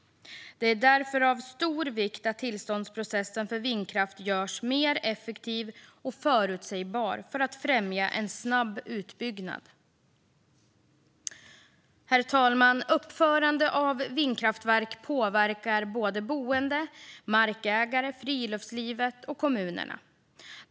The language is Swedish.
Det är därför av stor vikt att tillståndsprocessen för vindkraft görs mer effektiv och förutsägbar för att främja en snabb utbyggnad. Herr talman! Uppförande av vindkraftverk påverkar boende, markägare, friluftsliv och kommuner.